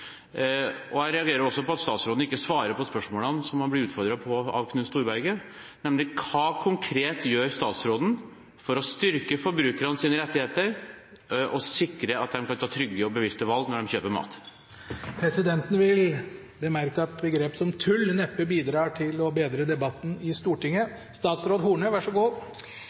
mat. Jeg reagerer også på at statsråden ikke svarer på spørsmålet som hun blir utfordret på av Knut Storberget, nemlig: Hva konkret gjør statsråden for å styrke forbrukernes rettigheter og sikre at de kan ta trygge og bevisste valg når de kjøper mat? Presidenten vil bemerke at begrep som «tull» neppe bidrar til å bedre debatten i Stortinget.